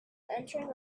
entering